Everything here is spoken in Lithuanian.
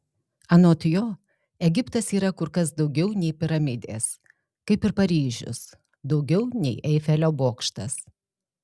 anot jo egiptas yra kur kas daugiau nei piramidės kaip ir paryžius daugiau nei eifelio bokštas